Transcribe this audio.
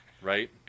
Right